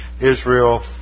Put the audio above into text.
Israel